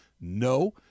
no